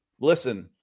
listen